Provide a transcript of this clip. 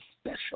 special